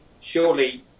surely